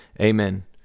amen